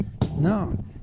No